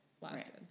lasted